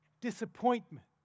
disappointment